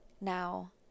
now